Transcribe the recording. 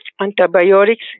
antibiotics